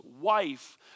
wife